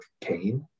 Kane